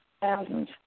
thousands